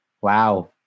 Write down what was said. wow